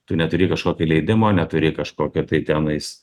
tu neturi kažkokio leidimo neturi kažkokio tai tenais